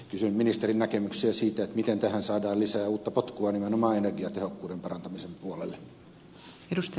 kysyn ministerin näkemyksiä siitä miten tähän saadaan lisää uutta potkua nimenomaan energiatehokkuuden parantamisen puolelle